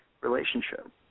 relationship